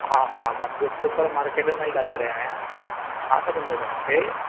हा हा मां सुपर मार्केट मां ई ॻाल्हाए रहियो आहियां छा खपंदो हुओ तव्हांखे